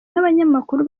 n’abanyamakuru